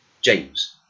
James